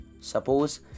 suppose